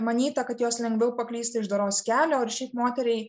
manyta kad jos lengviau paklys iš doros kelio ar šiaip moteriai